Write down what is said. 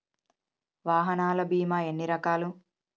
వాహనాల బీమా ఎన్ని రకాలు?